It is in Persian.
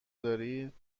داریم